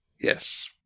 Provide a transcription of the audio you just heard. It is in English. Yes